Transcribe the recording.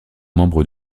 membres